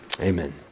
Amen